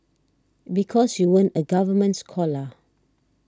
because you weren't a government scholar